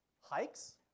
Hikes